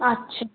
আচ্ছা